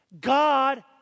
God